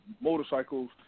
motorcycles